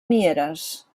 mieres